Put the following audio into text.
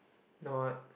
not